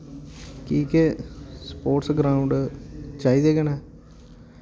कि केह् sports ground चाहिदे गै न